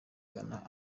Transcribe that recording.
ghana